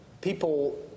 people